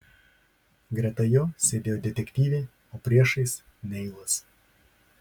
greta jo sėdėjo detektyvė o priešais neilas